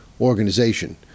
organization